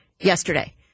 yesterday